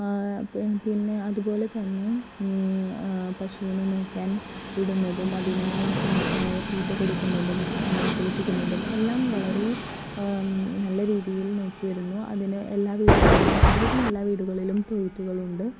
പിന്നെ അതുപോലെ തന്നെ പശുവിനെ മേയ്ക്കാൻ വിടുന്നതും അതിന് തീറ്റ കൊടുക്കുന്നതും അതിനെ കുളിപ്പിക്കുന്നതും എല്ലാം വളരെ നല്ല രീതിയിൽ നോക്കി വരുന്നു അതിന് എല്ലാ വീടുകളിലും ഒരുവിധം എല്ലാ വീടുകളിലും തൊഴുത്തുകളുണ്ട്